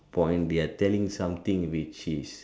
point they are telling something which is